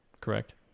correct